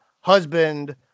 husband